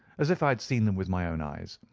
as if i had seen them with my own eyes.